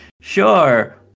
sure